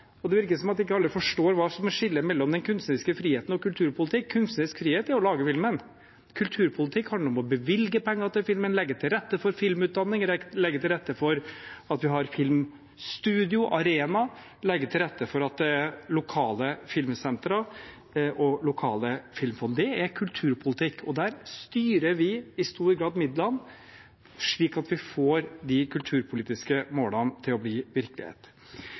skiller. Det virker som at ikke alle forstår hva som er skillet mellom kunstnerisk frihet og kulturpolitikk. Kunstnerisk frihet er å lage filmen. Kulturpolitikk handler om å bevilge penger til filmen, legge til rette for filmutdanning, legge til rette for at vi har filmstudio, filmarena, legge til rette for at det er lokale filmsenter og lokale filmfond. Det er kulturpolitikk, og der styrer vi i stor grad midlene slik at vi får de kulturpolitiske målene til å bli virkelighet.